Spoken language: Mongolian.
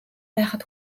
байхад